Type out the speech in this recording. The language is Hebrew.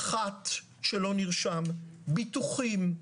פחת שלא נרשם, ביטוחים,